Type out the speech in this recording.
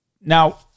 Now